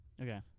Okay